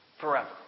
forever